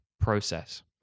process